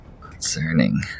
Concerning